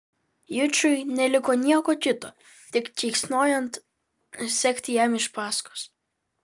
jučui neliko nieko kito tik keiksnojant sekti jam iš paskos